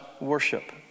worship